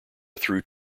through